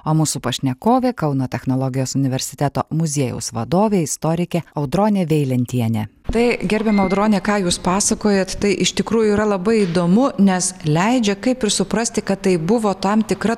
o mūsų pašnekovė kauno technologijos universiteto muziejaus vadovė istorikė audronė veilentienė tai gerbiama audrone ką jūs pasakojat tai iš tikrųjų yra labai įdomu nes leidžia kaip ir suprasti kad tai buvo tam tikra